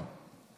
אדוני